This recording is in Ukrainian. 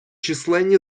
численні